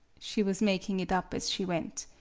she was making it up as she went,